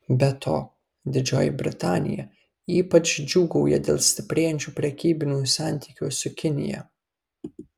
be to didžioji britanija ypač džiūgauja dėl stiprėjančių prekybinių santykių su kinija